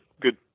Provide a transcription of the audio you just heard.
good